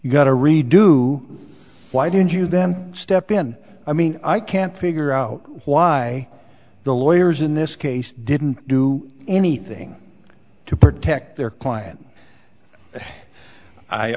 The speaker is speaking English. you got a redo why did you then step in i mean i can't figure out why the lawyers in this case didn't do anything to protect their client